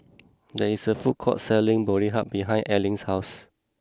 there is a food court selling Boribap behind Allyn's house